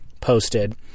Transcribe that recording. posted